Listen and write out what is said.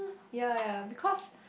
ya ya because